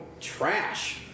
trash